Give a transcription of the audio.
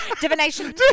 Divination